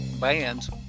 bands